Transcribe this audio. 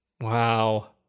Wow